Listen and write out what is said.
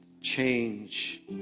Change